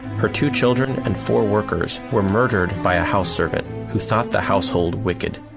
her two children, and four workers were murdered by a house servant who thought the household wicked.